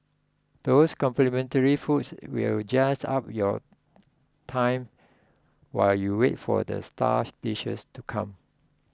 those complimentary foods will jazz up your time while you wait for the star dishes to come